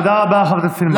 תודה רבה, חברת הכנסת סילמן.